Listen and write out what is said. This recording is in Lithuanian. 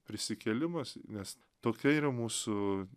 prisikėlimas nes tokia yra mūsų